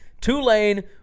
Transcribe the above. Tulane